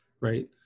right